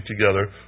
together